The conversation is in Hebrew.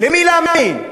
למי להאמין?